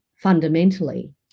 fundamentally